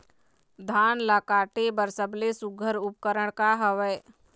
धान ला काटे बर सबले सुघ्घर उपकरण का हवए?